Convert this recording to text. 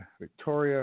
Victoria